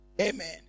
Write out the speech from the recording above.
Amen